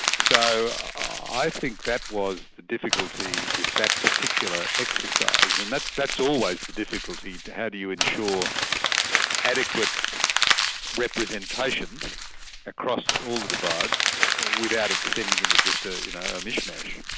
so i think that was the difficulty with that particular exercise, and that's that's always the difficulty, how do you ensure adequate representation across all the divides without it descending into just a you know ah mish-mash.